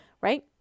Right